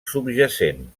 subjacent